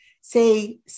Say